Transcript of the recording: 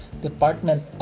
department